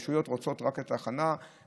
ורוצים להעביר אותה ליישוב חריש,